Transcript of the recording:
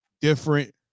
different